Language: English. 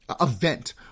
event